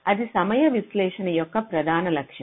ఇది సమయ విశ్లేషణ యొక్క ప్రధాన లక్ష్యం